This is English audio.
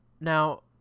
now